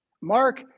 mark